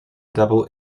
double